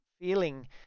feeling